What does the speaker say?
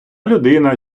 людина